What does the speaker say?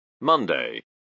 Monday